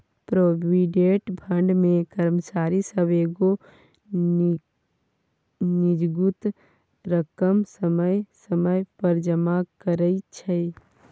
provident fund मे कर्मचारी सब एगो निजगुत रकम समय समय पर जमा करइ छै